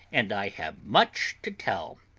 and i have much to tell.